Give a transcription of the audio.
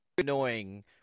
Annoying